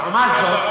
זאת,